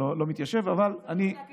בהתאם